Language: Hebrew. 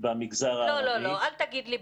במגזר הערבי.